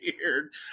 weird